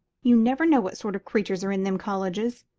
you never know what sort of creatures are in them colleges.